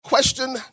Question